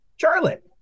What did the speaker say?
Charlotte